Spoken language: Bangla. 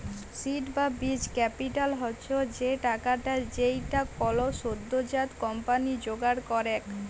সীড বা বীজ ক্যাপিটাল হচ্ছ সে টাকাটা যেইটা কোলো সদ্যজাত কম্পানি জোগাড় করেক